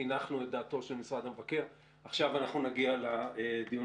הנחנו את דעתו של משרד המבקר.